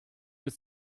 ist